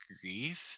grief